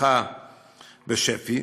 שפותחה בשפ"י,